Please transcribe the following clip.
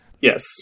Yes